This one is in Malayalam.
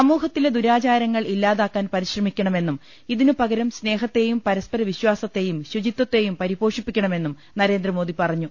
സമൂഹത്തിലെ ദുരാചാരങ്ങൾ ഇല്ലാതാക്കാൻ പരിശ്ര മിക്കണമെന്നും ഇതിനുപകരം സ്നേഹത്തെയും പരസ്പര വിശ്വാസ ത്തേയും ശുചിത്വത്തേയും പരിപോഷിപ്പിക്കണമെന്നും നരേന്ദ്രമോദി പറ ഞ്ഞു